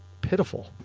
pitiful